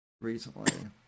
recently